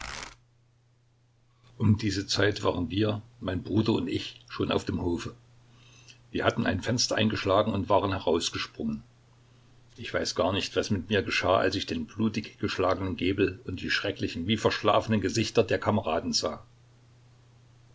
um diese zeit waren wir mein bruder und ich schon auf dem hofe wir hatten ein fenster eingeschlagen und waren herausgesprungen ich weiß gar nicht was mit mir geschah als ich den blutiggeschlagenen gebel und die schrecklichen wie verschlafenen gesichter der kameraden sah